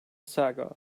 saga